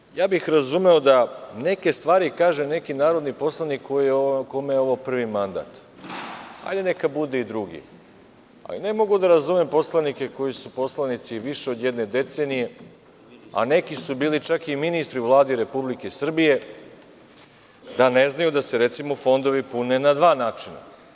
E sada, ja bih razumeo da neke stvari kaže neki narodni poslanik kome je ovo prvi mandat, hajde neka bude i drugi, ali ne mogu da razumem poslanike koji su poslanici više od jedne decenije, a neki su bili čak i ministri u Vladi Republike Srbije, da ne znaju da se recimo fondovi pune na dva načina.